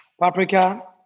paprika